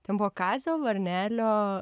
ten buvo kazio varnelio